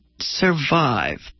survive